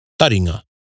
Taringa